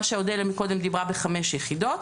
מה שאודליה קודם דיברה בחמש יחידות.